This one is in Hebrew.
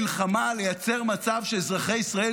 ולייצר מצב בעת מלחמה שאזרחי ישראל